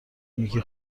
میگی